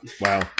Wow